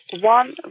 One